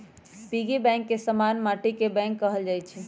piggy bank के समान्य माटिके बैंक कहल जाइ छइ